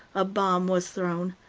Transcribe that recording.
a bomb was thrown.